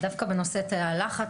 דווקא בנושא תאי הלחץ.